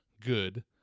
good